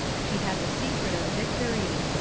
she had the secret of victory.